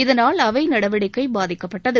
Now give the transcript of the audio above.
இதனால் அவை நடவடிக்கை பாதிக்கப்பட்டது